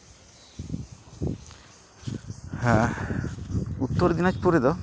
ᱦᱮᱸ ᱩᱛᱛᱚᱨ ᱫᱤᱱᱟᱡᱽᱯᱩᱨ ᱨᱮᱫᱚ